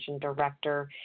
director